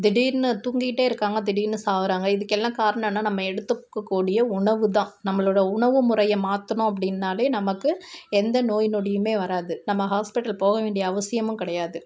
திடீரெனு தூங்கிக்கிட்டு இருக்காங்க திடீர்னு சாகுறாங்க இதுக்கெல்லாம் காரணம் என்ன நம்ம எடுத்துக்கக்கூடிய உணவு தான் நம்மளோடய உணவு முறையை மாற்றினோம் அப்படின்னாலே நமக்கு எந்த நோய் நொடியும் வராது நம்ம ஹாஸ்பிட்டல் போக வேண்டிய அவசியமும் கிடையாது